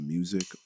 Music